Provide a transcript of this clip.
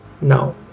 now